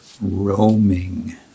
roaming